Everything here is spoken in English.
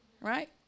right